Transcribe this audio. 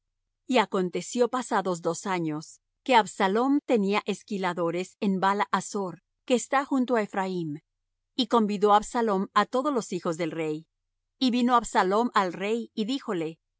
y aconteció pasados dos años que absalom tenía esquiladores en bala hasor que está junto á ephraim y convidó absalom á todos los hijos del rey y vino absalom al rey y díjole